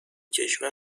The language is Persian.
کشور